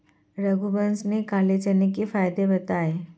रघुवंश ने काले चने के फ़ायदे बताएँ